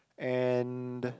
and